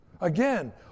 Again